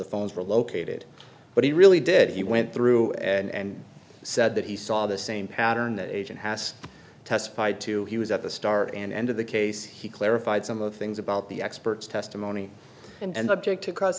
the phones were located but he really did he went through and said that he saw the same pattern the agent has testified to he was at the start and end of the case he clarified some of the things about the experts testimony and object to cross